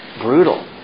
Brutal